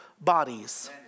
bodies